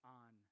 on